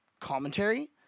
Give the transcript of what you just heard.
commentary